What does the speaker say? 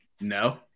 No